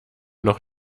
noch